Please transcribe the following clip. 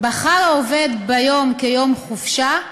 בחר העובד ביום כיום חופשה,